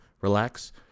relax